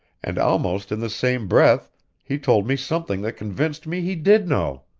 and almost in the same breath he told me something that convinced me he did know.